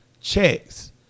checks